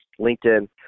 LinkedIn